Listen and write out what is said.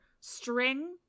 String